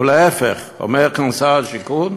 ולהפך, אומר כאן שר הבינוי והשיכון,